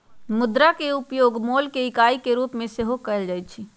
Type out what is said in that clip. मुद्रा के उपयोग मोल के इकाई के रूप में सेहो कएल जाइ छै